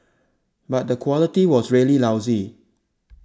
but the quality was really lousy